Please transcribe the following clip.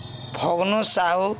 Bhagna Sahu